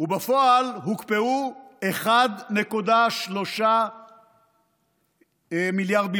ובפועל הוקפאו 1.3 מיליארד בלבד.